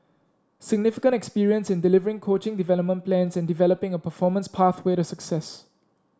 significant experience in delivering coaching development plans and developing a performance pathway to success